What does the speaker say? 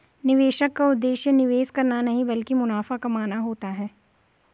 निवेशक का उद्देश्य निवेश करना नहीं ब्लकि मुनाफा कमाना होता है